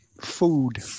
food